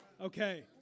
Okay